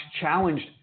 challenged